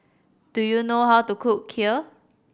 do you know how to cook Kheer